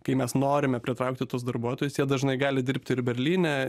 kai mes norime pritraukti tuos darbuotojus jie dažnai gali dirbti ir berlyne